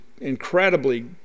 incredibly